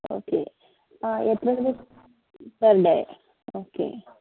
okay ആ എത്ര വരും പെർ ഡേ ഓക്കെ